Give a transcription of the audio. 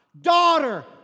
Daughter